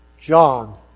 John